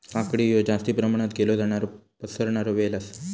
काकडी हयो जास्ती प्रमाणात केलो जाणारो पसरणारो वेल आसा